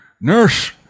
Nurse